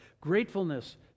gratefulness